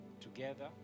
together